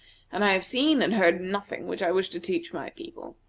and i have seen and heard nothing which i wish to teach my people.